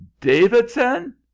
davidson